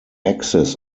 axis